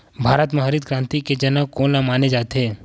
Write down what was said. भारत मा हरित क्रांति के जनक कोन ला माने जाथे?